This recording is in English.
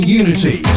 unity